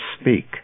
speak